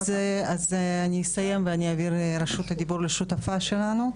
אני אסיים ואני אעביר את רשות הדיבור לשותפה שלנו,